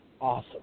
Awesome